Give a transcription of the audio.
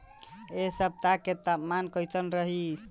एह सप्ताह के तापमान कईसन रही?